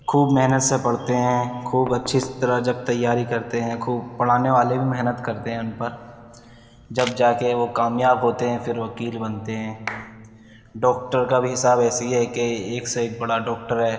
خوب محنت سے پڑھتے ہیں خوب اچّھی طرح جب تیاری كرتے ہیں خوب پڑھانے والے بھی محنت کرتے ہیں ان پر جب جا کے وہ کامیاب ہوتے ہیں پھر وکیل بنتے ہیں ڈاکٹر کا بھی حساب ایسے ہی ہے کہ ایک سے ایک بڑا ڈاکٹر ہے